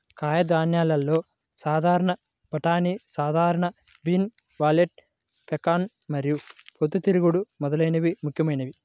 కాయధాన్యాలలో సాధారణ బఠానీ, సాధారణ బీన్, వాల్నట్, పెకాన్ మరియు పొద్దుతిరుగుడు మొదలైనవి ముఖ్యమైనవి